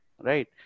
right